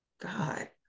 God